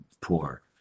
poor